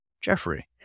Jeffrey